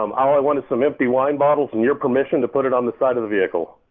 um all i want is some empty wine bottles and your permission to put it on the side of the vehicle.